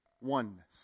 oneness